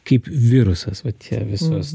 kaip virusas vat tie visos